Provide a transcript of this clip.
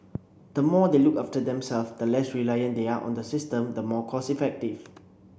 the more they look after themselves the less reliant they are on the system the more cost effective